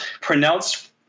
pronounced